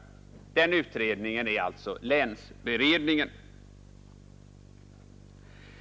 Den utredningen är alltså länsberedningen.